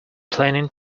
planning